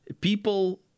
people